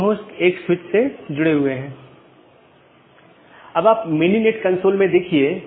इसके बजाय BGP संदेश को समय समय पर साथियों के बीच आदान प्रदान किया जाता है